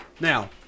Now